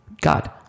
god